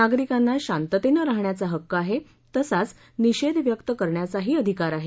नागरिकांना शांततेनं राहण्याचा हक्क आहे तसाच निषेध व्यक्त करण्याचाही अधिकार आहे